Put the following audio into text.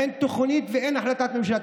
אין תוכנית ואין החלטת ממשלה.